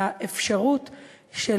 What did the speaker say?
האפשרות של